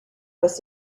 was